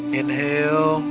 inhale